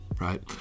right